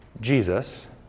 Jesus